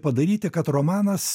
padaryti kad romanas